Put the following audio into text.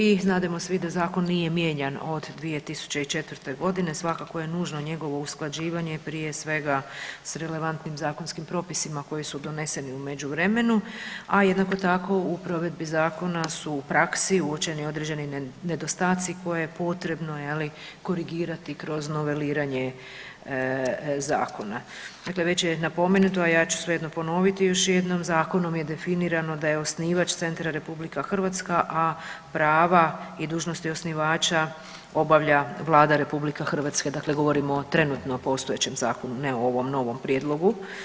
I znademo svi da zakon nije mijenjan od 2004.g. svakako je nužno njegovo usklađivanje prije svega s relevantnim zakonskim propisima koji su doneseni u međuvremenu, a jednako tako u provedbi zakona su u praski uočeni određeni nedostaci koje je potrebno korigirati kroz noveliranje zakona. dakle, već je napomenuto, a ja ću svejedno ponoviti još jednom, zakonom je definirano da je osnivač centra RH, a prava i dužnosti osnivača obavlja Vlade RH, dakle govorimo o trenutno postojećem zakonu, ne o ovom novom prijedlogu.